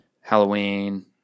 Halloween